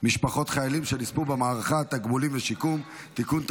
משפחות חיילים שנספו במערכה (תגמולים ושיקום) (תיקון,